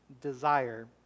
desire